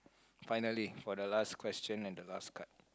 finally for the last question and the last card